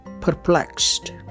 perplexed